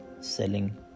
selling